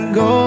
go